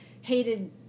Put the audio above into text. hated